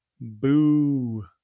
boo